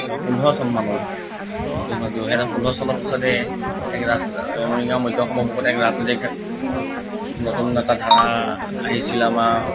পোন্ধৰ চন মানলৈকে দুহেজাৰ পোন্ধৰ চনৰ পিছতে এক ৰাজ মৰিগাঁও মধ্য অসমৰ বুকুত এক ৰাজনীতি চিন্তাধাৰাত নতুন এটা ধাৰা আহিছিল আমাৰ